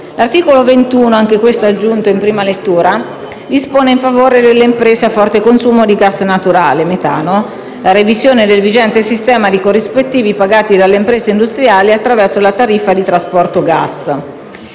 L'articolo 21, anche questo aggiunto in prima lettura, dispone in favore delle imprese a forte consumo di gas naturale (metano) la revisione del vigente sistema di corrispettivi pagati dalle imprese industriali attraverso la tariffa di trasporto gas.